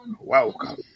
Welcome